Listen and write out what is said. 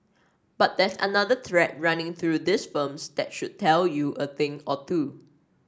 but there's another thread running through these firms that should tell you a thing or two